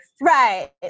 Right